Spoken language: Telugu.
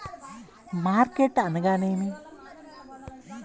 మార్కెటింగ్ అనగానేమి?